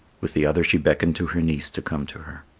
with the other she beckoned to her niece to come to her.